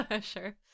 Sure